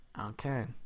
okay